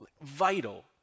Vital